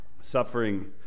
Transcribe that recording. suffering